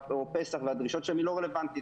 או פסח והדרישות זה לא רלבנטית,